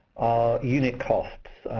unit costs.